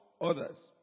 others